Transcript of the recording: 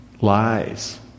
Lies